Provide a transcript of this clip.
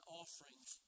offerings